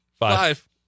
Five